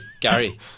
Gary